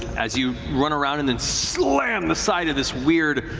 as you run around and then slam the side of this weird,